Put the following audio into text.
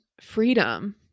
freedom